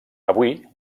avui